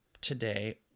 today